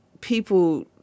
people